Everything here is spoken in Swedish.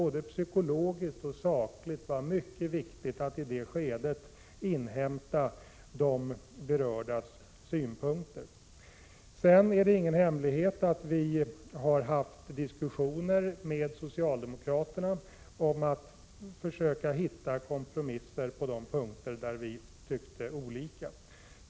Både psykologiskt och sakligt var det mycket viktigt att i det skedet inhämta de berördas synpunkter. Sedan är det ingen hemlighet att vi har haft diskussioner med socialdemokraterna om att försöka hitta kompromisser på de punkter där vi tyckte olika.